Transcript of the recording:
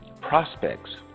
prospects